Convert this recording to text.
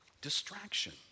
distraction